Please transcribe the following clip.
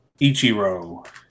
Ichiro